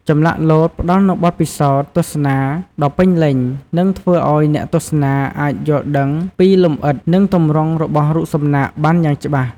ចម្លាក់លោតផ្ដល់នូវបទពិសោធន៍ទស្សនាដ៏ពេញលេញ និងធ្វើឲ្យអ្នកទស្សនាអាចយល់ដឹងពីលម្អិត និងទម្រង់របស់រូបសំណាកបានយ៉ាងច្បាស់។